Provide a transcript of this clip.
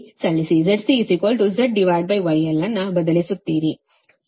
ಆದ್ದರಿಂದ ಇಲ್ಲಿ ಸಲ್ಲಿಸಿ ZC Zγl ಅನ್ನು ಬದಲಿಸುತ್ತೀರಿ